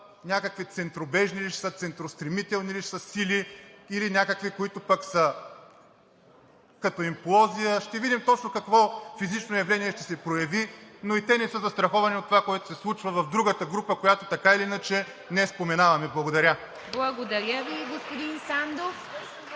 някакви центробежни ли ще са, центростремителни ли ще са сили или пък някои, които са като имплозия. Ще видим какво точно физично явление ще се прояви, но и те не са застраховани от това, което се случва в другата група, която така или иначе не я споменаваме. Благодаря Ви. (Ръкопляскания